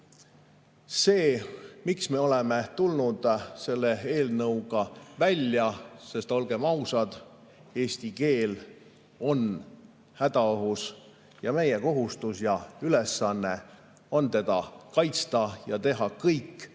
see, miks me oleme tulnud selle eelnõuga välja. Olgem ausad, eesti keel on hädaohus. Meie kohustus ja ülesanne on teda kaitsta ja teha kõik,